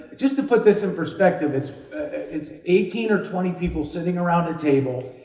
just to put this in perspective, it's it's eighteen or twenty people sitting around a table,